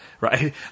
right